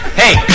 hey